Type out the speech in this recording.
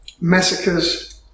massacres